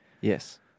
Yes